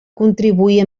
contribuir